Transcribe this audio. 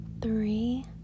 three